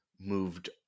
moved